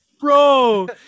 Bro